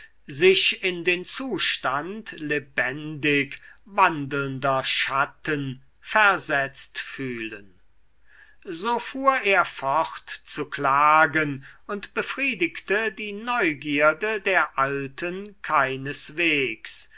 sich in den zustand lebendig wandelnder schatten versetzt fühlen so fuhr er fort zu klagen und befriedigte die neugierde der alten keineswegs